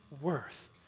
worth